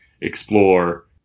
explore